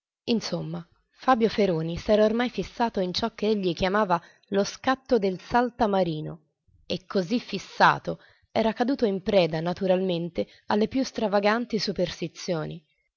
insomma fabio feroni s'era ormai fissato in ciò che egli chiamava lo scatto del saltamartino e così fissato era caduto in preda naturalmente alle più stravaganti superstizioni